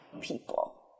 people